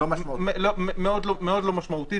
מאוד לא משמשמעותית.